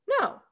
no